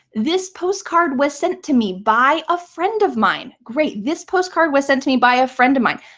this postcard was sent to me by a friend of mine. great. this postcard was sent to me by a friend of mine.